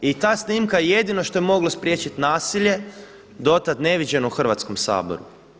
I ta snimka jedino što je moglo spriječit nasilje do tad neviđeno u Hrvatskom saboru.